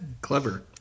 Clever